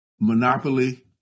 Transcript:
monopoly